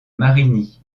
marigny